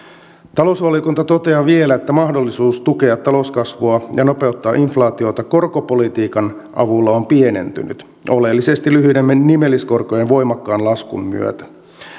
talousvaliokunta toteaa vielä että mahdollisuus tukea talouskasvua ja nopeuttaa inflaatiota korkopolitiikan avulla on pienentynyt oleellisesti lyhyiden nimelliskorkojen voimakkaan laskun myötä